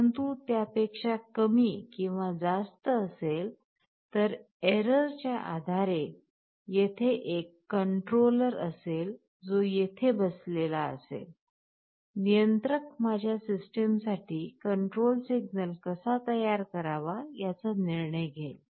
परंतु त्यापेक्षा कमी किंवा जास्त असेल तर एरर च्या आधारे येथे एक नियंत्रक असेल जो येथे बसलेला असेल नियंत्रक माझ्या सिस्टमसाठी कंट्रोल सिग्नल कसा तयार करावा याचा निर्णय घेईल